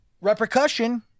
repercussion